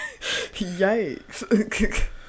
yikes